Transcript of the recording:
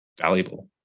valuable